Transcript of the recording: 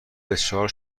بسیار